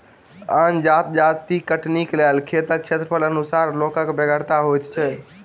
अन्न जजाति कटनीक लेल खेतक क्षेत्रफलक अनुसार लोकक बेगरता होइत छै